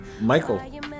Michael